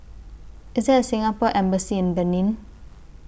IS There A Singapore Embassy in Benin